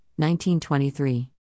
1923